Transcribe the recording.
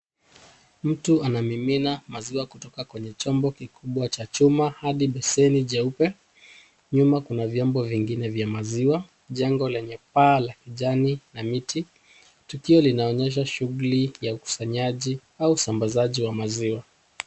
Mtu anamimina maziwa kutoka kwenye chombo kikubwa cha chuma hadi besheni jeupe. Nyuma kuna vyombo vingine vya maziwa, jengo lenye paa la kijani na miti. Tukio linaonyesha shughuli ya ukusanyaji au usambazaji wa maziwa.